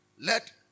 Let